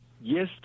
yes